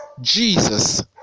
Jesus